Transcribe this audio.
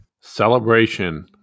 Celebration